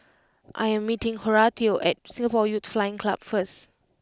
I am meeting Horatio at Singapore Youth Flying Club first